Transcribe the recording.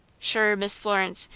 shure, miss florence,